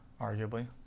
arguably